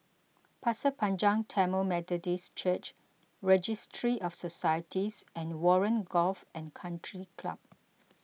Pasir Panjang Tamil Methodist Church Registry of Societies and Warren Golf and Country Club